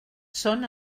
són